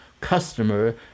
customer